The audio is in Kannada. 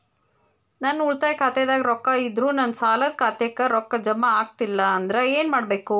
ನನ್ನ ಉಳಿತಾಯ ಖಾತಾದಾಗ ರೊಕ್ಕ ಇದ್ದರೂ ನನ್ನ ಸಾಲದು ಖಾತೆಕ್ಕ ರೊಕ್ಕ ಜಮ ಆಗ್ಲಿಲ್ಲ ಅಂದ್ರ ಏನು ಮಾಡಬೇಕು?